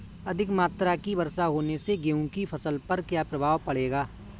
अधिक मात्रा की वर्षा होने से गेहूँ की फसल पर क्या प्रभाव पड़ेगा?